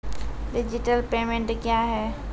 Digital payment क्या हैं?